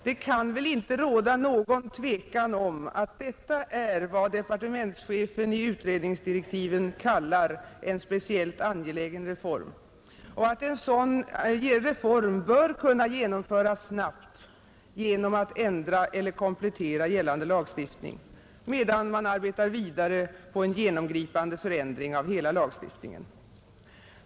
Det kan väl inte råda någon tvekan om att detta är vad departementschefen i utredningsdirektiven kallar en speciellt angelägen reform och att en sådan reform bör kunna genomföras snabbt genom att ändra eller komplettera gällande lagstiftning, medan man arbetar vidare på en genomgripande förändring av hela lagstiftningen.